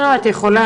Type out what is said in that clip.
לא, את יכולה.